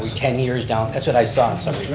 ten years down, as but i saw and so mr.